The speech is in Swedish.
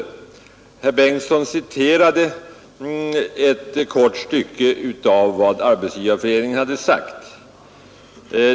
Herr Bengtsson citerade ett kort stycke av vad Arbetsgivareföreningen har sagt.